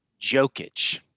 Jokic